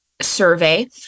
survey